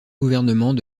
gouvernement